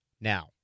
Now